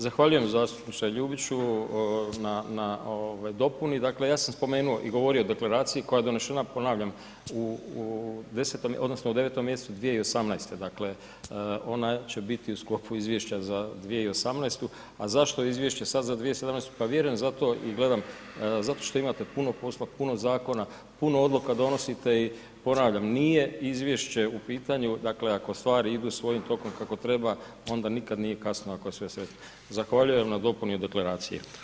Zahvaljujem zastupniče Ljubiću na dopuni, dakle, ja sam spomenuo i govorio o deklaraciji koja je donešena, ponavljam, u desetom odnosno u devetom mjesecu 2018., dakle, ona će biti u sklopu izvješća za 2018., a zašto izvješće sad za 2017., pa vjerujem, zato i gledam, zato što imate puno posla, puno zakona, puno odluka donosite i ponavljam, nije izvješće u pitanju, dakle, ako stvari idu svojim tokom kako treba, onda nikad nije kasno ako je sve … [[Govornik se ne razumije]] Zahvaljujem na dopuni o deklaracije.